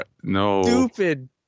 stupid